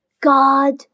God